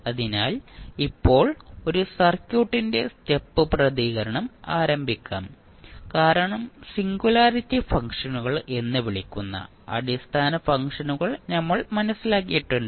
അതിനാൽ ഇപ്പോൾ ഒരു സർക്യൂട്ടിന്റെ സ്റ്റെപ്പ് പ്രതികരണം ആരംഭിക്കാം കാരണം സിംഗുലാരിറ്റി ഫംഗ്ഷനുകൾ എന്ന് വിളിക്കുന്ന അടിസ്ഥാന ഫംഗ്ഷനുകൾ നമ്മൾ മനസ്സിലാക്കിയിട്ടുണ്ട്